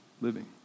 living